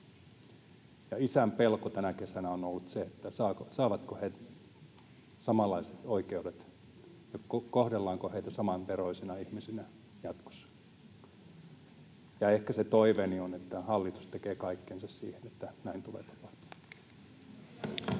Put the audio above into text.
ja isän pelko tänä kesänä on ollut se, saavatko he samanlaiset oikeudet ja kohdellaanko heitä samanveroisina ihmisinä jatkossa. Ja ehkä se toiveeni on, että hallitus tekee kaikkensa, että näin tulee tapahtumaan. Kiitoksia.